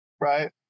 Right